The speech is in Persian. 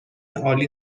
عالی